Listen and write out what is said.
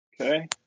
Okay